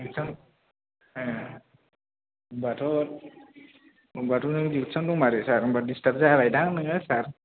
दिउतियाव ए होनबाथ' होनबाथ' नों दिउथियावनो दंमारो सार होनबा दिस्तार्ब जाबायदां नोङो सार